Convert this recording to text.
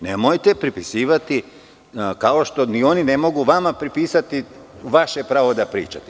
Nemojte pripisivati, kao što i oni ne mogu vama pripisati vaše pravo da pričate.